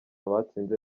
batsinze